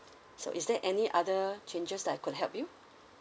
so is there any other changes that I could help you